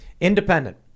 Independent